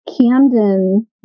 Camden